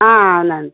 అవునండి